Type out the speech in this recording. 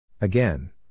Again